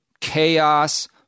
chaos